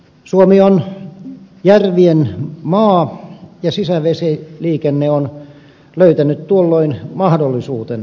suomi on järvien maa ja sisävesiliikenne on löytänyt tuolloin mahdollisuutensa